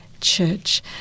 church